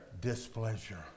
displeasure